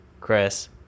Chris